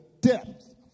depth